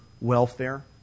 welfare